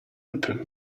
open